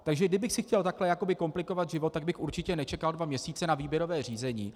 Takže kdybych si chtěl takhle jakoby komplikovat život, tak bych určitě nečekal dva měsíce na výběrové řízení.